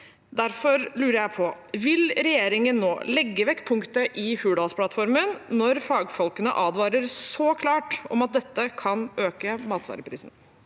Derfor lurer jeg på: Vil regjeringen nå legge vekk punktet i Hurdalsplattformen, når fagfolkene advarer så klart om at dette kan øke matvareprisene?